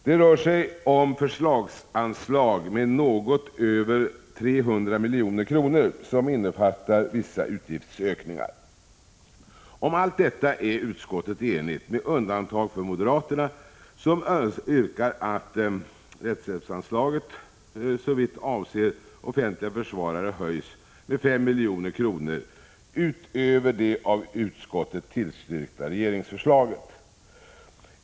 Det rör sig om förslagsanslag på något över 300 milj.kr., som innefattar vissa utgiftsökningar. Om allt detta är utskottet enigt, med undantag för moderaterna, som yrkar att rättshjälpsanslaget såvitt avser offentliga försvarare höjs med 5 milj.kr. utöver det av utskottet tillstyrkta regeringsförslaget.